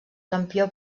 campió